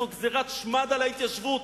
זאת גזירת שמד על ההתיישבות,